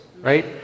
right